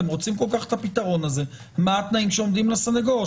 אתם רוצים כל כך את הפתרון הזה - מה התנאים שעומדים לסנגור?